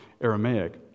Aramaic